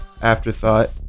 Afterthought